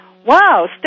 Wow